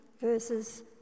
verses